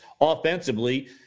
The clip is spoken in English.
offensively